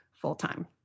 full-time